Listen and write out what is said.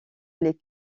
les